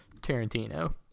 Tarantino